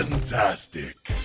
fantastic.